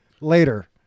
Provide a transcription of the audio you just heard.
later